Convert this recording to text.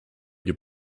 your